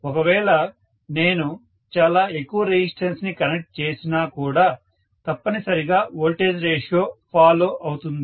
ఒకవేళ నేను చాలా ఎక్కువ రెసిస్టెన్స్ ని కనెక్ట్ చేసినా కూడా తప్పనిసరిగా వోల్టేజ్ రేషియో ఫాలో అవుతుంది